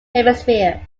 hemisphere